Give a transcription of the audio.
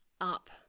up